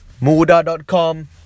muda.com